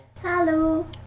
Hello